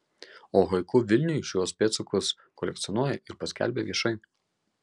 o haiku vilniui šiuos pėdsakus kolekcionuoja ir paskelbia viešai